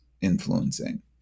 influencing